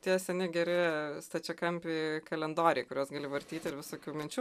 tie seni geri stačiakampiai kalendoriai kuriuos gali vartyt ir visokių minčių